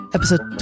episode